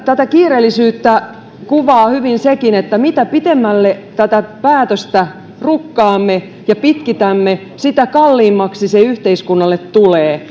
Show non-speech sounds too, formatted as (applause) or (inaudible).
tätä kiireellisyyttä kuvaa hyvin sekin että mitä pitemmälle tätä päätöstä rukkaamme ja pitkitämme sitä kalliimmaksi se yhteiskunnalle tulee (unintelligible)